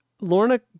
Lorna